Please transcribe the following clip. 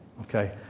okay